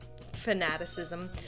fanaticism